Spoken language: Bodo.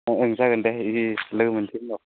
ओं ओं जागोन दे लोगो मोनसै उनाव